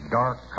dark